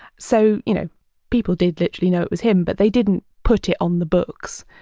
so you know people did literally know it was him, but they didn't put it on the books,